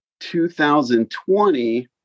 2020